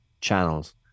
channels